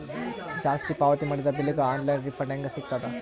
ಜಾಸ್ತಿ ಪಾವತಿ ಮಾಡಿದ ಬಿಲ್ ಗ ಆನ್ ಲೈನ್ ರಿಫಂಡ ಹೇಂಗ ಸಿಗತದ?